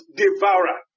devourer